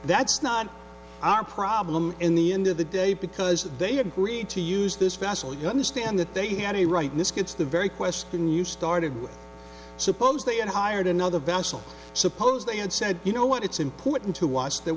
that's not our problem in the end of the day because they agreed to use this vessel you understand that they had a right this gets the very question you started with suppose they had hired another vessel suppose they had said you know what it's important to watch that